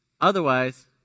Otherwise